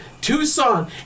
Tucson